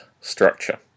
structure